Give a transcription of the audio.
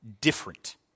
different